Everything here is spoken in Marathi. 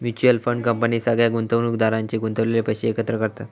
म्युच्यअल फंड कंपनी सगळ्या गुंतवणुकदारांचे गुंतवलेले पैशे एकत्र करतत